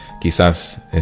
quizás